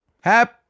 happy